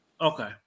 Okay